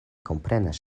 komprenas